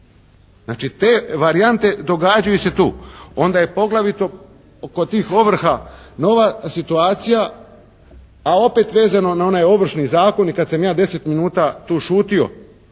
Znači te varijante događaju se tu. Onda je poglavito kod tih ovrha nova situacija a opet vezano na onaj Ovršni zakon i kada sam ja 10 minuta tu šutio,